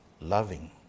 loving